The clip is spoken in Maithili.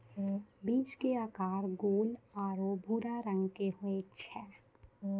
बीज के आकार गोल आरो भूरा रंग के होय छै